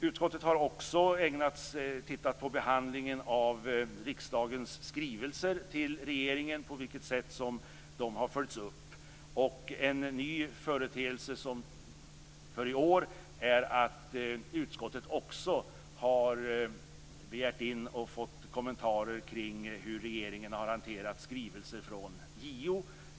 Utskottet har också tittat närmare på behandlingen av riksdagens skrivelser till regeringen och på vilket sätt de har följts upp. En ny företeelse för i år är att utskottet också har begärt in och fått kommentarer till hur regeringen har hanterat skrivelser från JO.